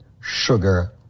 sugar